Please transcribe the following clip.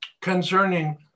concerning